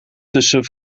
tussen